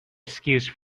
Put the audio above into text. excuse